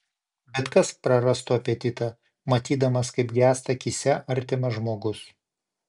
bet kas prarastų apetitą matydamas kaip gęsta akyse artimas žmogus